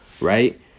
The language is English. Right